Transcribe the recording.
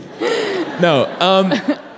No